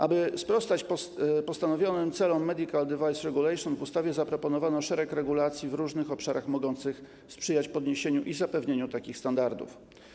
Aby sprostać postawionym celom - Medical Device Regulation - w ustawie zaproponowano szereg regulacji w różnych obszarach mogących sprzyjać podniesieniu i zapewnieniu takich standardów.